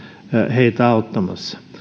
heitä auttamassa